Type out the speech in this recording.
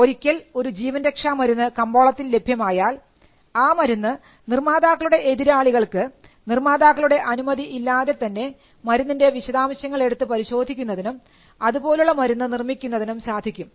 ഒരിക്കൽ ഒരു ജീവൻ രക്ഷാ മരുന്ന് കമ്പോളത്തിൽ ലഭ്യമായാൽ ആ മരുന്ന് നിർമാതാക്കളുടെ എതിരാളികൾക്ക് നിർമ്മാതാക്കളുടെ അനുമതി ഇല്ലാതെതന്നെ മരുന്നിൻറെ വിശദാംശങ്ങൾ എടുത്ത് പരിശോധിക്കുന്നതിനും അത് പോലുള്ള മരുന്ന് നിർമ്മിക്കുന്നതിനും സാധിക്കും